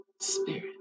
Spirit